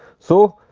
so,